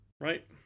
Right